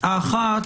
האחת,